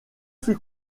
fut